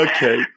Okay